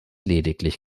lediglich